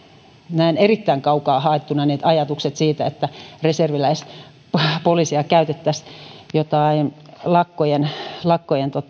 näen erittäin kaukaa haetulta ajatukset siitä että reserviläispoliisia käytettäisiin lakkojen lakkojen